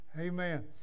Amen